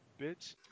bitch